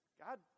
God